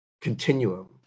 Continuum